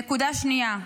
נקודה שנייה,